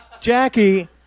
Jackie